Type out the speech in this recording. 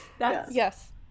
Yes